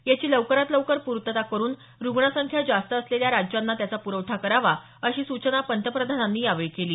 याची लवकरात लवकर पूर्तता करून रुग्णसंख्या जास्त असलेल्या राज्यांना त्याचा प्रवठा करावा अशी सूचना पंतप्रधानांनी केली आहे